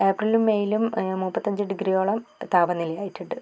ഏപ്രിലും മെയിലും മുപ്പത്തഞ്ച് ഡിഗ്രിയോളം താപനില ആയിട്ടണ്ട്